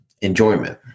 enjoyment